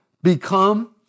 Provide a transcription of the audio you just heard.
Become